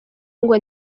ngo